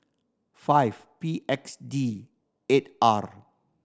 five P X D eight R